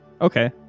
Okay